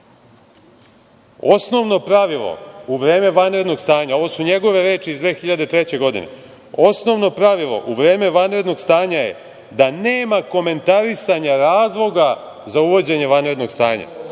„Osnovno pravilo u vreme vanrednog stanja“, ovo su njegove reči iz 2003. godine, „osnovno pravilo u vreme vanrednog stanja je da nema komentarisanja razloga za uvođenje vanrednog stanja“.